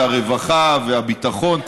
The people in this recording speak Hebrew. הרווחה והביטחון,